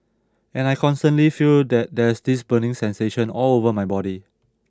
and I constantly feel that there's this burning sensation all over my body